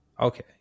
okay